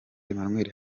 emmanuel